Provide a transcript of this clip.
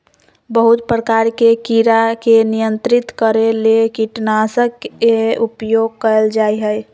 बहुत प्रकार के कीड़ा के नियंत्रित करे ले कीटनाशक के उपयोग कयल जा हइ